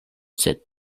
sed